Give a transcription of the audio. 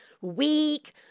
weak